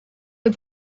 but